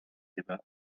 débat